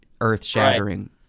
earth-shattering